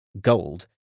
Gold